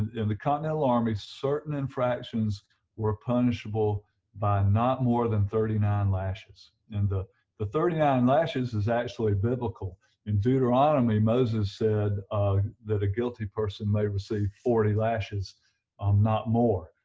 in the continental army certain infractions were punishable by not more than thirty nine lashes and the the thirty nine ah and lashes is actually biblical in deuteronomy, moses said that a guilty person may receive forty lashes um not more.